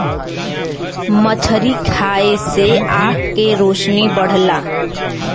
मछरी खाये से आँख के रोशनी बढ़ला